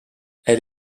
elle